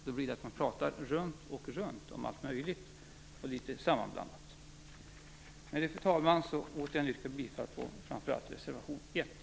Då pratar man runt om allt möjligt och litet sammanblandat. Med detta yrkar jag än en gång bifall till reservation 1.